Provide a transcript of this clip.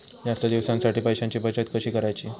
जास्त दिवसांसाठी पैशांची बचत कशी करायची?